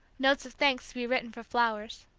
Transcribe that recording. notes of thanks to be written for flowers.